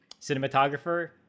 cinematographer